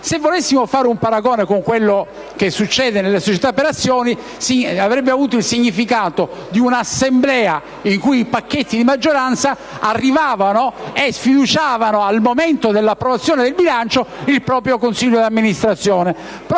Se volessimo fare un paragone con quello che succede nelle società per azioni, avrebbe avuto il significato di una Assemblea i cui pacchetti di maggioranza sfiduciavano al momento dell'approvazione del bilancio il proprio consiglio di amministrazione.